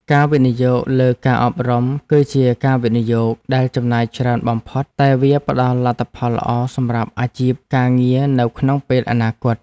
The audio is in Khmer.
ការវិនិយោគលើការអប់រំ គឺជាការវិនិយោគដែលចំណាយច្រើនបំផុតតែវាផ្តល់លទ្ធផលល្អសម្រាប់អាជីពការងារនៅក្នុងពេលអនាគត។